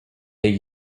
they